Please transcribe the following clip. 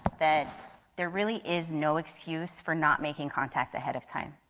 that there really is no excuse for not making contact ahead of time.